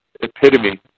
epitome